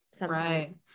Right